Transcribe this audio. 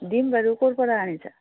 দিম বাৰু ক'ৰ পৰা আনিছা